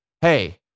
hey